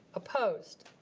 opposed?